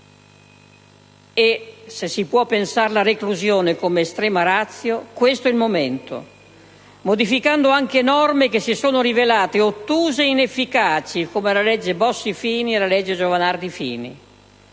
e se si può pensare la reclusione come *extrema ratio*, questo è il momento, modificando anche norme che si sono rivelate ottuse e inefficaci, come la legge Bossi-Fini e la legge Giovanardi-Fini.